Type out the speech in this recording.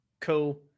Cool